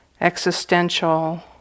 existential